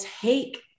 take